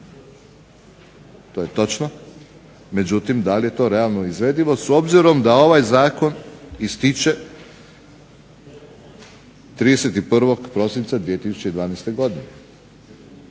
to je točno. Međutim, da li je to realno izvedivo s obzirom da ovaj zakon ističe 31. prosinca 2012. godine.